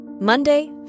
Monday